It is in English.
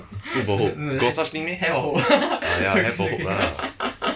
food for hope got such thing meh ah ya hair for hope lah